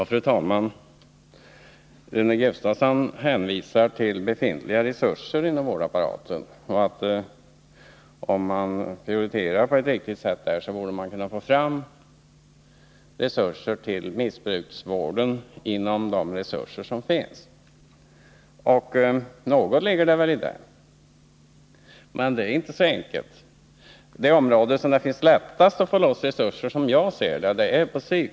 Fru talman! Rune Gustavsson hänvisar till befintliga resurser inom vårdapparaten. Han säger att om man prioriterar på ett riktigt sätt där borde det vara möjligt att inom de ramar som finns få fram resurser till missbruksvården. Det ligger väl något i detta, men så enkelt är det inte. Psykområdet är det område där det är lättast att få loss resurser — som jag ser det.